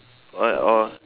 what or